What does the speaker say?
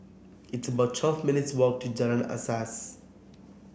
it's about twelve minutes' walk to Jalan Asas